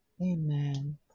Amen